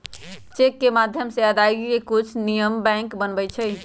cheque के माध्यम से अदायगी के कुछ नियम बैंक बनबई छई